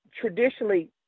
traditionally